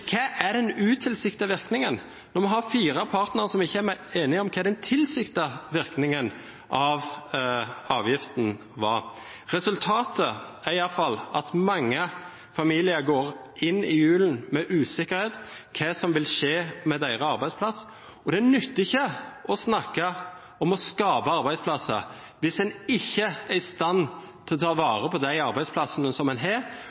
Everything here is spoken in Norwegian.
hva er den utilsiktede virkningen, når en har fire partnere som ikke er enige om hva den tilsiktede virkningen av avgiften er? Resultatet er i alle fall at mange familier går inn i julen med usikkerhet om hva som vil skje med deres arbeidsplass. Det nytter ikke å snakke om å skape arbeidsplasser hvis en ikke er i stand til å ta vare på de arbeidsplassene en har,